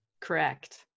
correct